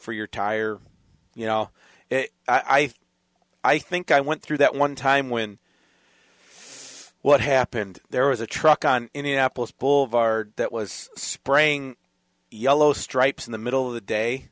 for your tire you know i think i think i went through that one time when what happened there was a truck on indianapolis boulevard that was spraying yellow stripes in the middle of the day